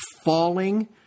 falling